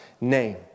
name